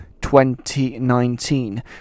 2019